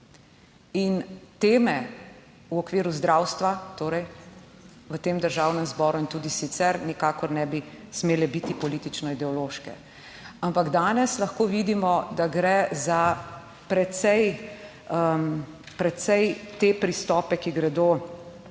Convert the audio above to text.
in teme v okviru zdravstva, torej v tem Državnem zboru in tudi sicer nikakor ne bi smele biti politično ideološke. Ampak danes lahko vidimo, da gre za precej, precej te pristope, ki gredo